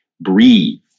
Breathe